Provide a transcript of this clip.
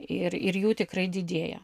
ir ir jų tikrai didėja